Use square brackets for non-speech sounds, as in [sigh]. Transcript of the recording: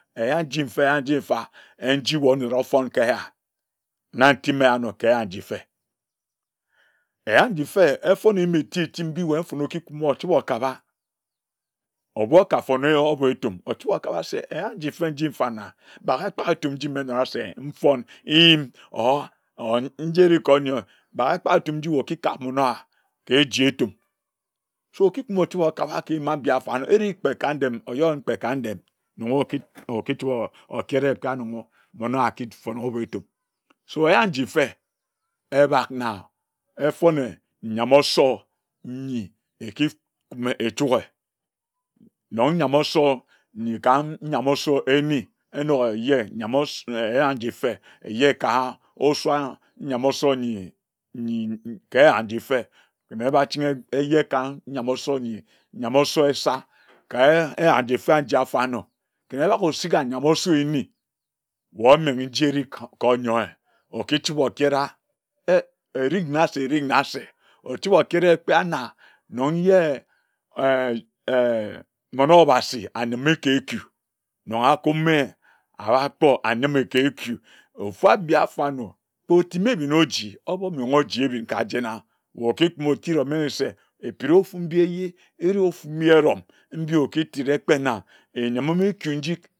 Eya nji mfa eya nji mfa enji wae onora ofon ka eya na ntima anor ka eya nji mfe eya nji mfe efon ebin eti eti mbi wae mfone okikumi ochibe okara, ebu okar fone obor etum ochibi okara se eya nji mfe nji mfana baka ekpage etum nji mme menghe se mfon eyim or njere kor onyoer baga ekpage etum nji wae okikam mmmon owa keji etum [unintelligible] eri kpe ka ndem oroyin kpe ka ndem nyor or okituuor okere ka nongho mmon owa aki fon hope etum se eya nji mfe ebak na efone nyam osor nyi ekikume echuke nor nyam osor ne ka nyen osor nyi enonge eje mosh nyi eya njie efe eje ka osor nyam osor nyi nyi ka eya njie efe kine ebachinghi eje ka nyam osor nyi nyam osor esir ka eya nji efe nji afarnor ken obaka osia nyam osor nyi eni wae omenghe nji ere ka onyoer okichibi okera eeh erigna se erig na se ochibi okera kpe anar nong ke [hesitation] mono obasi ayimi ke-etu na akume abar kpor ayime ketu ofu abi afarnor kpe otime ebin kajena wae okikume otid omenghe se etid ofu mbi eje ere ofumbi erong mbi okitid ekpena enyimim ekinjid